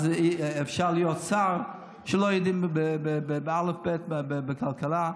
אפשר להיות שר כשלא יודעים אלף-בית בכלכלה.